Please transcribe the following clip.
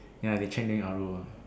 ya they change them R_O ah